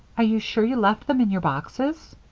are you sure you left them in your boxes?